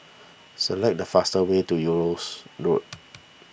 select the fastest way to Eunos Road